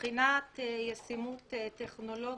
מבחינת ישימות טכנולוגית,